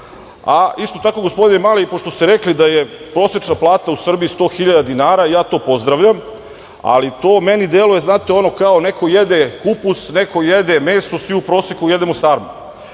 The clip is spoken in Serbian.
njim. Isto tako, gospodine Mali, pošto ste rekli da je prosečna plata u Srbiji 100.000 dinara, ja to pozdravljam, ali to meni deluje, znate ono kao, neko jede kupus, neko jede meso, svi u proseku jedemo sarmu.